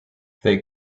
they